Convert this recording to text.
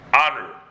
honor